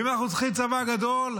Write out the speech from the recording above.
ואם אנחנו צריכים צבא גדול,